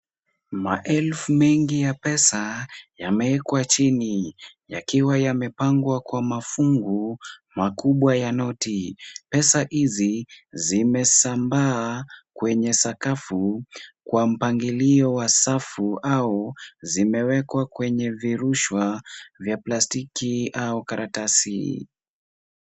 Maelfu mengi ya pesa yamewekwa chini yakiwa yamepangwa kwa mafungu makubwa ya noti. Pesa hizi zimesambaa kwenye sakafu kwa mpangilio wa safu au zimewekwa kwenye virushwa vya plastiki au karatasi.